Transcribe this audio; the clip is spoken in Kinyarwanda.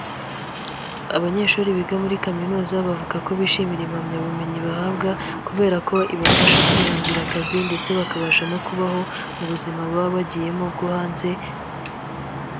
Abanyeshuri biga muri kaminuza bavuga ko bishimira impamyabumenyi bahabwa, kubera ko ibafasha kwihangira akazi ndetse bakabasha no kubaho, mu buzima baba bagiyemo bwo hanze.